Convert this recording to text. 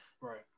right